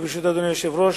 וברשות אדוני היושב-ראש,